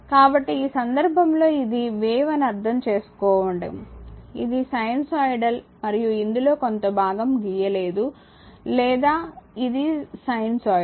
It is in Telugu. కాబట్టి ఈ సందర్భంలో ఇది వేవ్ ని అర్థం చేసుకోవడం ఇది సైనూసోయిడల్ మరియు ఇందులో కొంత భాగం గీయలేదు లేదా ఇది సైనూసోయిడల్